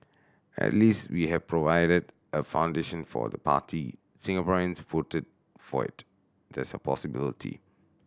at least we have provided a foundation for the party Singaporeans voted for it there's a possibility